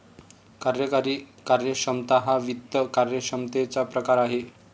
कार्यकारी कार्यक्षमता हा वित्त कार्यक्षमतेचा प्रकार आहे